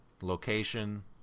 location